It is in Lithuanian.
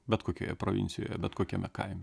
bet kokioje provincijoje bet kokiame kaime